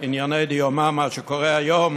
דיומא, מה שקורה היום.